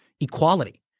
equality